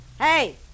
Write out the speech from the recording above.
Hey